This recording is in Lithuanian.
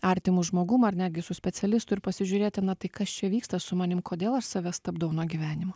artimu žmogum ar netgi su specialistu ir pasižiūrėti na tai kas čia vyksta su manim kodėl aš save stabdau nuo gyvenimo